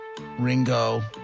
Ringo